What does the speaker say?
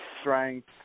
strength